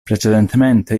precedentemente